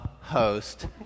host